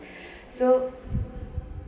so